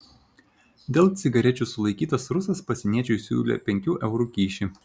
dėl cigarečių sulaikytas rusas pasieniečiui siūlė penkių eurų kyšį